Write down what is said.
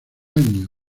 año